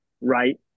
right